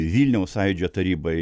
vilniaus sąjūdžio tarybai